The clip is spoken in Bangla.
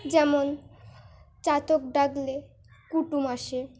যেমন চাতক ডাকলে কুটুম আসে